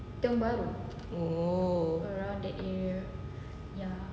oh